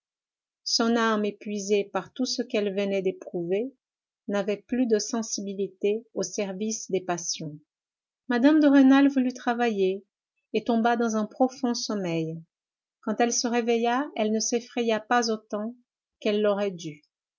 son âme épuisée par tout ce qu'elle venait d'éprouver n'avait plus de sensibilité au service des passions mme de rênal voulut travailler et tomba dans un profond sommeil quand elle se réveilla elle ne s'effraya pas autant qu'elle l'aurait dû